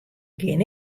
gean